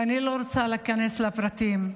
ואני לא רוצה להיכנס לפרטים,